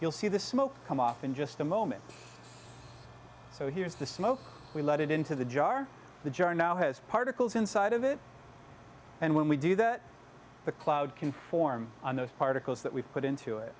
you'll see the smoke come off in just a moment so here's the smoke we let it into the jar the jar now has particles inside of it and when we do that the cloud can form on the particles that we put into it